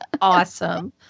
awesome